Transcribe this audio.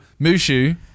Mushu